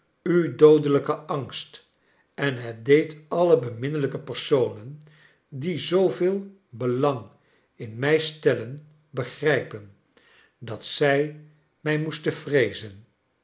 u doodelijken angst en het deed alle beminnelijke personen die zooveel belang in mij stellen begrijpen dat zij mij moesten vreezen